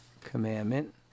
commandment